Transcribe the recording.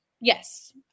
Yes